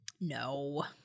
No